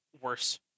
worse